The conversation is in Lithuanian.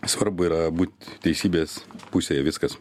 svarbu yra būt teisybės pusėje viskas